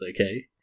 okay